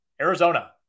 Arizona